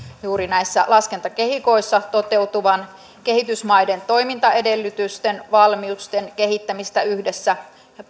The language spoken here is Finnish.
juuri näissä laskentakehikoissa toteutuvan kehitysmaiden toimintaedellytysten valmiuksien kehittämistä yhdessä